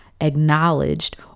acknowledged